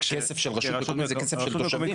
כסף של רשות מקומית זה כסף של תושבים.